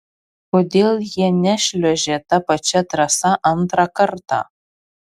kodėl jie nešliuožė ta pačia trasa antrą kartą